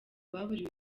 baburiwe